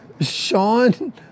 Sean